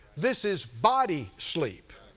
this is body sleep.